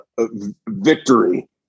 victory